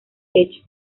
techo